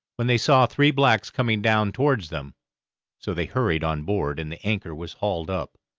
when they saw three blacks coming down towards them so they hurried on board, and the anchor was hauled up.